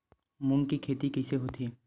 मूंग के खेती कइसे होथे?